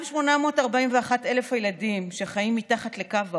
גם 841,000 הילדים שחיים מתחת לקו העוני,